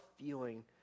feeling